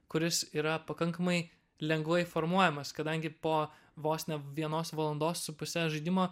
kuris yra pakankamai lengvai formuojamas kadangi po vos ne vienos valandos su puse žaidimo